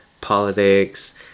politics